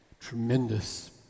tremendous